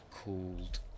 called